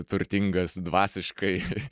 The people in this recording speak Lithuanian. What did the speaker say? turtingas dvasiškai